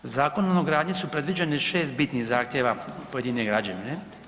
Zakonom o gradnji su predviđene 6 bitnih zahtjeva pojedine građevine.